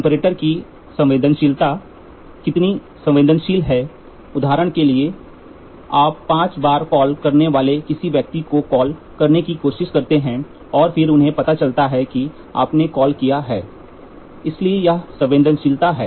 comparator की संवेदनशीलता संवेदनशीलता कितनी संवेदनशील है उदाहरण के लिए आप पांच बार कॉल करने वाले किसी व्यक्ति को कॉल करने की कोशिश करते हैं और फिर उन्हें पता चलता है कि आपने कॉल किया है इसलिए यह संवेदनशीलता है